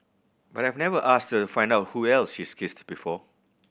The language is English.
but I've never asked her find out who else she's kissed before